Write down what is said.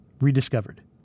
rediscovered